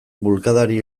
bulkadari